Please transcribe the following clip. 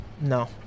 No